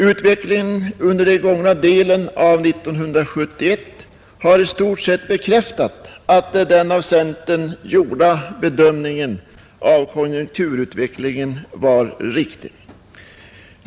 Utvecklingen under den gångna delen av 1971 har i stort sett bekräftat att centerns bedömning av konjunkturutvecklingen var riktig.